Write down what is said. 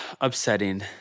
upsetting